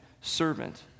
servant